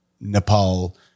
Nepal